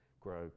grow